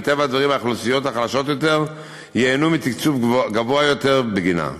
ומטבע הדברים האוכלוסיות החלשות יותר ייהנו מתקצוב גבוה יותר בגינה.